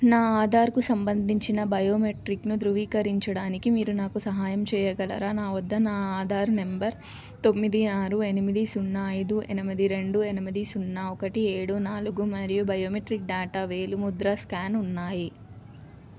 నా ఆధార్కు సంబంధించిన బయోమెట్రిక్ను ధృవీకరించడానికి మీరు నాకు సహాయం చెయ్యగలరా నా వద్ద నా ఆధారు నెంబర్ తొమ్మిది ఆరు ఎనిమిది సున్నా ఐదు యనమది రెండు యనమది సున్నా ఒకటి ఏడు నాలుగు మరియు బయోమెట్రిక్ డాటా వేలిముద్ర స్కాన్ ఉన్నాయి